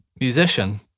musician